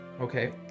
Okay